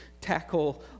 tackle